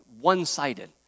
one-sided